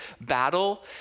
battle